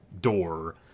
door